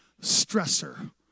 Stressor